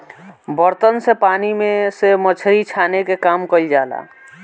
बर्तन से पानी में से मछरी छाने के काम कईल जाला